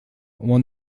won